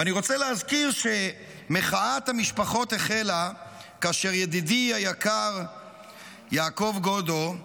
ואני רוצה להזכיר שמחאת המשפחות החלה כאשר ידידי היקר יעקב גודו,